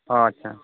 ହଁ ଆଚ୍ଛା